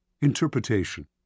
Interpretation